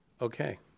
Okay